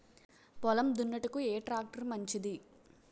పొలం దున్నుటకు ఏ ట్రాక్టర్ మంచిది?